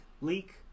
leak